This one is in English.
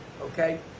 okay